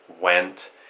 went